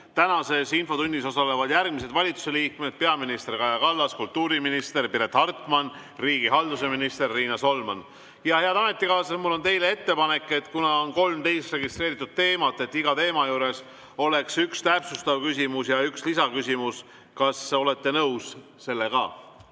Tänases infotunnis osalevad järgmised valitsuse liikmed: peaminister Kaja Kallas, kultuuriminister Piret Hartman ja riigihalduse minister Riina Solman. Head ametikaaslased, mul on teile ettepanek: kuna 13 teemat on registreeritud, siis iga teema juures [võiks] olla üks täpsustav küsimus ja üks lisaküsimus. Kas olete nõus sellega?